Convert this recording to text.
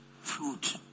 fruit